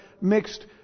mixed